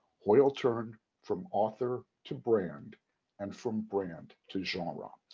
hoyle turned from author to brand and from brand to genre,